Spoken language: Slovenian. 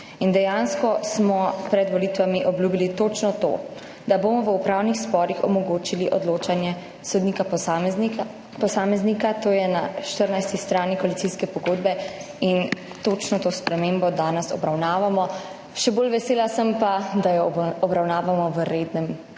Dejansko smo pred volitvami obljubili točno to – da bomo v upravnih sporih omogočili odločanje sodnika posameznika. To je na 14. strani koalicijske pogodbe in točno to spremembo danes obravnavamo. Še bolj vesela sem pa, da jo obravnavamo v rednem